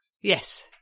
Yes